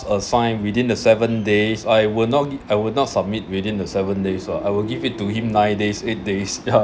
assign within the seven days I will not I will not submit within the seven days ah I will give it to him nine days eight days ya